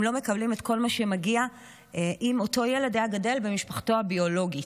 הם לא מקבלים את כל מה שמגיע אם אותו ילד היה גדל במשפחתו הביולוגית.